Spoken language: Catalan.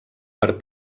per